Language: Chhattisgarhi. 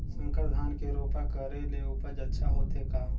संकर धान के रोपा करे ले उपज अच्छा होथे का?